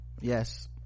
yes